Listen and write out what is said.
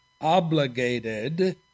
obligated